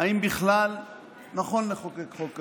האם בכלל נכון לחוקק חוק כזה?